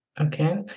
Okay